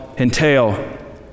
entail